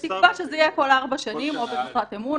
בתקווה שזה יהיה כל ארבע שנים במשרת אמון,